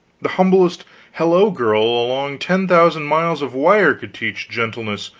the humblest hello-girl along ten thousand miles of wire could teach gentleness,